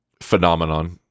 phenomenon